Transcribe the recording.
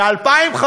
ב-2015,